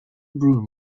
broom